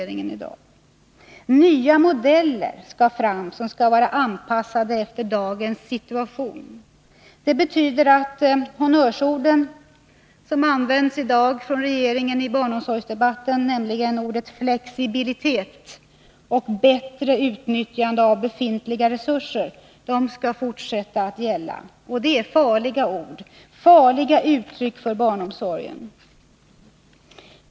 Man skall ha fram ”nya modeller” som skall vara anpassade efter dagens situation. Det betyder att man skall fortsätta att sträva efter ”flexibilitet” och ”bättre utnyttjande av befintliga resurser”, som är regeringens honnörsord i dagens barnomsorgsdebatt. Det är för barnomsorgen farliga uttryck.